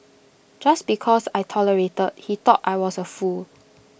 just because I tolerated he thought I was A fool